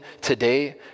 today